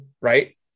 right